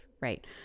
right